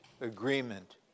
agreement